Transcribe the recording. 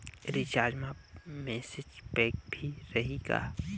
Recharge मा message pack भी रही का?